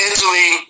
Italy